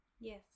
Yes